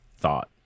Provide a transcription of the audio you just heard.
thought